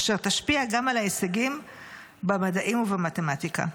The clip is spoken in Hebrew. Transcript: אשר תשפיע גם על ההישגים במדעים ובמתמטיקה.